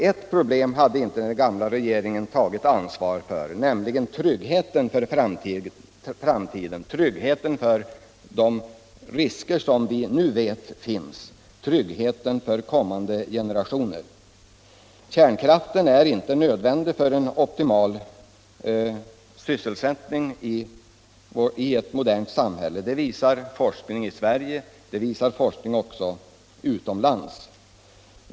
Ett problem som den gamla regeringen inte tog ansvar för var tryggheten för framtiden, tryggheten gentemot de risker som vi nu vet finns, tryggheten för kommande generationer. Kärnkraften är inte nödvändig för optimal sysselsättning i ett modernt samhälle — det visar forskning i Sverige, och det visar också forskning utomlands.